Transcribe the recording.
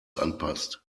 anpasst